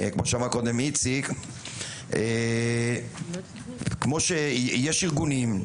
קודם איציק, יש ארגונים,